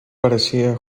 parecía